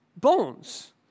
bones